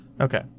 Okay